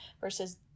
versus